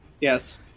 yes